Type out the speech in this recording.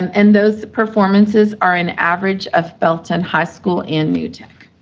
and those performances are an average of belton high school and new tech,